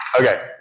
Okay